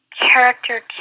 character